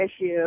issue